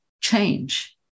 change